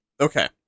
Okay